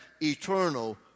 eternal